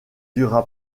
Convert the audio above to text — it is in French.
dura